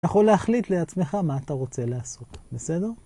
אתה יכול להחליט לעצמך מה אתה רוצה לעשות. בסדר?